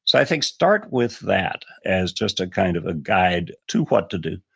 so i think start with that as just a kind of a guide to what to do.